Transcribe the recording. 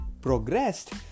progressed